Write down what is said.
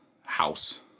house